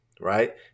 right